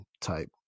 type